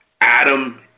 Adam